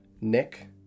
Nick